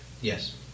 Yes